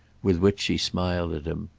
with which she smiled at him.